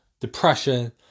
depression